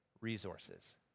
resources